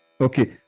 Okay